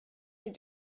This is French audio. les